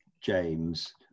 James